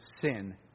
sin